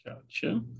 Gotcha